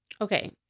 okay